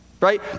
Right